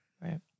Right